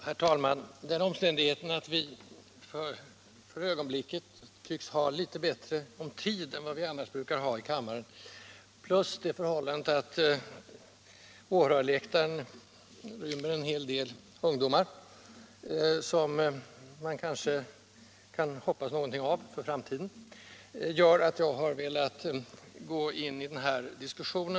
Herr talman! Den omständigheten att vi i dag tycks ha mindre ont om tid än vi annars brukar ha i kammaren plus det förhållandet att det på åhörarläktaren finns en hel del ungdomar som man kanske kan hoppas någonting av för framtiden gör att jag velat gå in i denna diskussion.